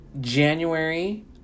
January